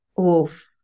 Oof